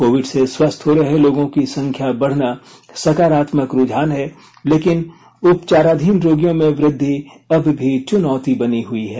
Covid से स्वस्थ हो रहे लोगों की संख्या बढ़ना सकारात्मक रूझान है लेकिन उपचाराधीन रोगियों में वृद्धि अब भी चुनौती बनी हुई है